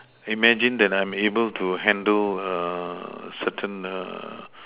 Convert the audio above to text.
imagine that I am able to handle err certain err